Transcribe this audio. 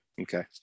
Okay